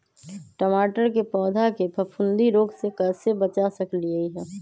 टमाटर के पौधा के फफूंदी रोग से कैसे बचा सकलियै ह?